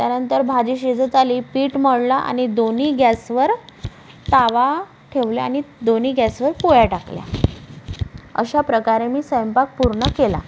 त्यानंतर भाजी शिजत आली पीठ मळला आणि दोन्ही गॅसवर तवा ठेवले आणि दोन्ही गॅसवर पोळ्या टाकल्या अशा प्रकारे मी स्वैपाक पूर्ण केला